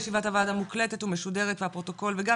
ישיבת הוועדה מוקלטת ומשודרת והפרוטוקול וגם